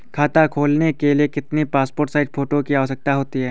खाता खोलना के लिए कितनी पासपोर्ट साइज फोटो की आवश्यकता होती है?